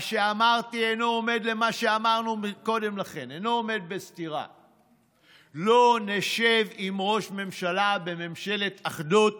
מה שאמרתי אינו עומד בסתירה למה שאמרנו קודם לכן: לא נשב בממשלת אחדות